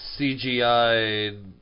CGI